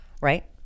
right